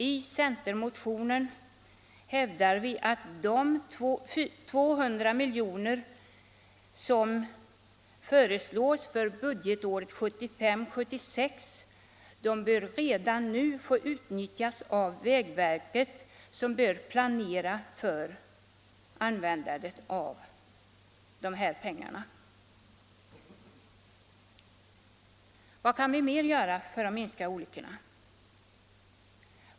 I centermotionen kräver vi att vägverket redan nu bör få i uppdrag att planera för användningen av de 200 milj.kr. som föreslås för budgetåret 1975/76. Vad kan vi mer göra för att minska olyckorna?